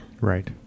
Right